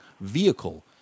vehicle